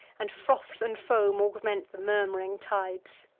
and froth and foam augment the murm'ring tides.